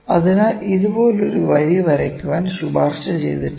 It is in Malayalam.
അതിനാൽ ഇതുപോലൊരു വരി വരയ്ക്കാൻ ശുപാർശ ചെയ്തിട്ടില്ല